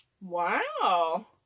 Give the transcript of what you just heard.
Wow